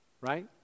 right